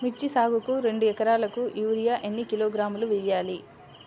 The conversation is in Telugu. మిర్చి సాగుకు రెండు ఏకరాలకు యూరియా ఏన్ని కిలోగ్రాములు వేయాలి?